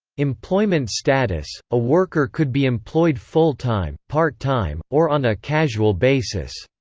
employment status a worker could be employed full-time, part-time, or on a casual basis.